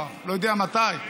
לא יודע מתי,